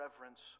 reverence